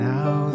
Now